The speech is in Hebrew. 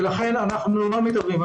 לכן אנחנו לא מתערבים.